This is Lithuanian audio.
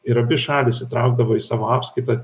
ir abi šalys įtraukdavo į savo apskaitą